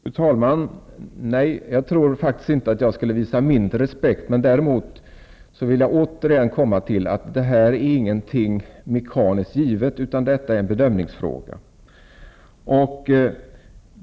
Fru talman! Nej, jag tror faktiskt inte att jag skulle visa mindre respekt. Där emot vill jag upprepa att det här inte är någonting mekaniskt givet utan en bedömningsfråga.